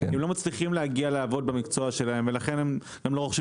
הם לא מצליחים להגיע לעבוד במקצוע שלהם ולכן הם לא רוכשים